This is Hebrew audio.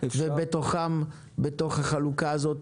בתוך החלוקה הזאת